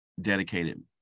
dedicated